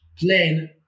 plan